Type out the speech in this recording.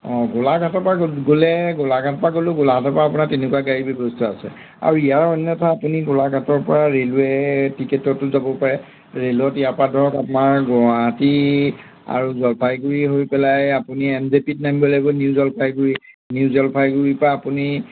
অঁ গোলাঘাটৰ পৰা গ'লে গোলাঘাট পা গ'লেও গোলাঘাটৰ পৰা আপোনাৰ তেনেকুৱা গাড়ী ব্যৱস্থা আছে আৰু ইয়াৰ অন্যথা আপুনি গোলাঘাটৰ পৰা ৰে'লৱে' টিকেটতো যাব পাৰে ৰে'লত ইয়াৰ পৰা ধৰক আমাৰ গুৱাহাটী আৰু জলপাইগুৰি হৈ পেলাই আপুনি এন জে পি ত নামিব লাগিব নিউ জলপাইগুৰি নিউ জলপাইগুৰি পা আপুনি